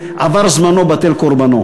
אחד הכלים היותר-טובים,